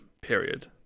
period